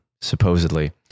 supposedly